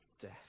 death